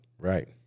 Right